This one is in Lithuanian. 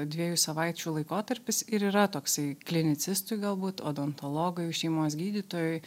dviejų savaičių laikotarpis ir yra toksai klinicistui galbūt odontologui šeimos gydytojui